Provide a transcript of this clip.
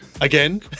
Again